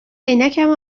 عینکمو